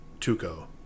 Tuco